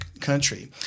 country